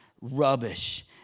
rubbish